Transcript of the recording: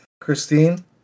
Christine